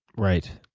right.